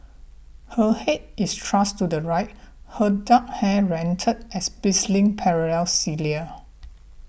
her head is thrust to the right her dark hair rendered as bristling parallel cilia